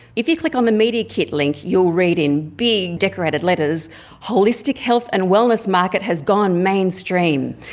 if you click on the media kit link, you'll read in big decorated letters holistic health and wellness market has gone mainstream.